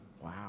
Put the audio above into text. wow